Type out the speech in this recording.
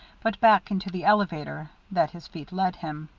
but back into the elevator, that his feet led him.